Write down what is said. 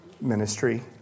ministry